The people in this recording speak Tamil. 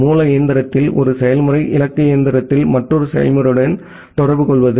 மூல இயந்திரத்தில் ஒரு செயல்முறை இலக்கு இயந்திரத்தில் மற்றொரு செயல்முறையுடன் தொடர்புகொள்வது